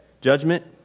judgment